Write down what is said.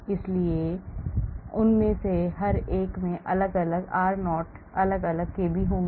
इसलिए उनमें से हर एक में अलग अलग r0 अलग अलग kb होंगे